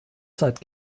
zeit